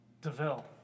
DeVille